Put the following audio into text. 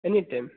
any time